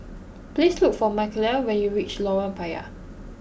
please look for Michaele when you reach Lorong Payah